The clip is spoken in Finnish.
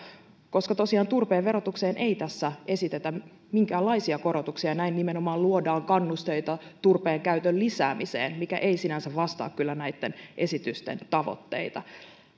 koska tosiaan turpeen verotukseen ei tässä esitetä minkäänlaisia korotuksia näin nimenomaan luodaan kannusteita turpeen käytön lisäämiseen mikä ei sinänsä vastaa kyllä näitten esitysten tavoitteita